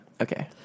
Okay